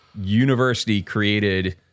university-created